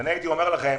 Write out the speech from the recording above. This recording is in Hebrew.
הייתי אומר לכם